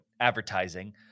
advertising